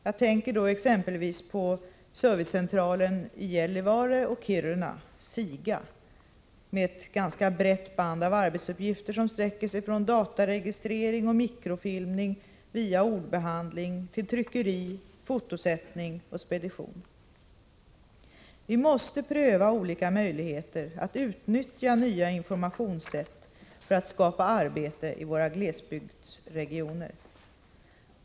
Jag tänker då exempelvis på Servicecentralen i Gällivare och Kiruna, SIGA, med ett ganska brett band av arbetsuppgifter som sträcker sig från dataregistrering och mikrofilmning via ordbehandling till tryckning, fotosättning och spedition. Vi måste pröva olika möjligheter att utnyttja nya informationssätt för att skapa arbete i våra glesbygdsregioner.